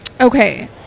okay